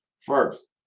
first